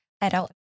adult